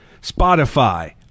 Spotify